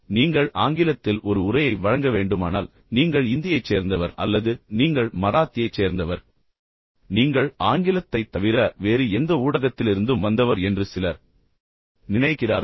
நீங்கள் ஆங்கிலத்தில் ஒரு உரையை வழங்க வேண்டுமானால் நீங்கள் இந்தியைச் சேர்ந்தவர் அல்லது நீங்கள் மராத்தியைச் சேர்ந்தவர் அல்லது நீங்கள் ஆங்கிலத்தைத் தவிர வேறு எந்த ஊடகத்திலிருந்தும் வந்தவர் என்று சிலர் நினைக்கிறார்கள்